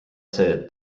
see